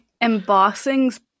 embossings